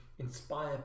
inspire